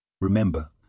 Remember